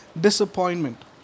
disappointment